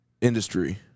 industry